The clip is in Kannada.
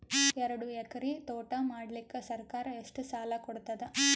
ಎರಡು ಎಕರಿ ತೋಟ ಮಾಡಲಿಕ್ಕ ಸರ್ಕಾರ ಎಷ್ಟ ಸಾಲ ಕೊಡತದ?